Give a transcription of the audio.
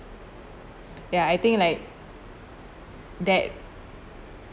ya I think like that